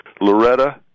Loretta